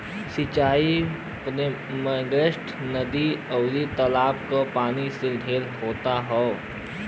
सिंचाई पम्पिंगसेट, नदी, आउर तालाब क पानी से ढेर होत हौ